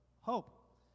hope